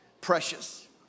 precious